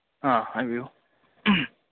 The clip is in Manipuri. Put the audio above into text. ꯑꯥ ꯍꯥꯏꯕꯤꯌꯨ